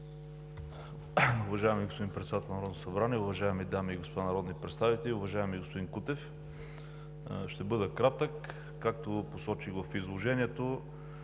Уважаеми господин Председател на Народното събрание, уважаеми дами и господа народни представители, уважаеми господин Кутев! Ще бъда кратък. Както посочих в изложението,